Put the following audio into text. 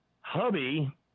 hubby